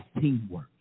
teamwork